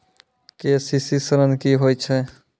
KCC ॠन की होय छै?